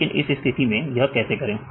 लेकिन इस स्थिति में इसे कैसे करें